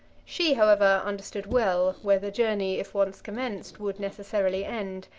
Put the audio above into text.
she, however, understood well where the journey, if once commenced, would necessarily end,